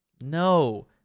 No